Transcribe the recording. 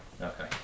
Okay